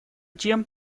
тем